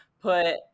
put